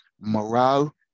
morale